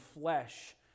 flesh